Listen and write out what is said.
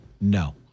no